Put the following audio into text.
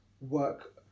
work